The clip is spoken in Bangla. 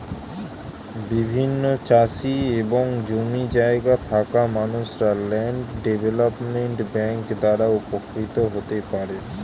বিভিন্ন চাষি এবং জমি জায়গা থাকা মানুষরা ল্যান্ড ডেভেলপমেন্ট ব্যাংক দ্বারা উপকৃত হতে পারেন